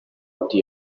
nyuguti